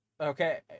Okay